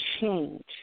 change